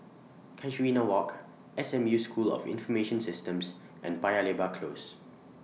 Casuarina Walk S M U School of Information Systems and Paya Lebar Close